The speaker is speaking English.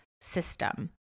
system